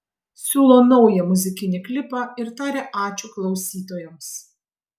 siūlo naują muzikinį klipą ir taria ačiū klausytojams